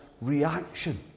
reaction